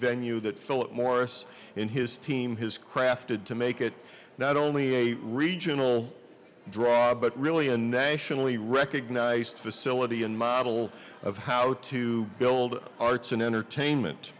venue that philip morris and his team has crafted to make it not only a regional draw but really a nationally recognized facility and model of how to build arts and entertainment